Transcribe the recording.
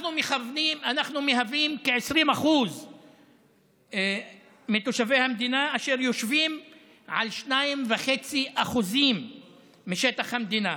אנחנו מהווים כ-20% מתושבי המדינה ויושבים על 2.5% משטח המדינה,